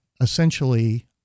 essentially